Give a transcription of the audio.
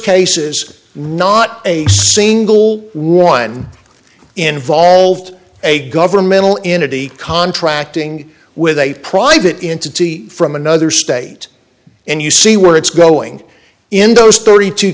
cases not a single one involved a governmental entity contracting with a private entity from another state and you see where it's going in those thirty two